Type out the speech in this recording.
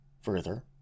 Further